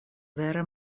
vere